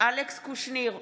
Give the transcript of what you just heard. אלכס קושניר,